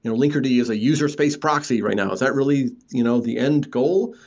and linkerd yeah is a user space proxy right now. is that really you know the end goal?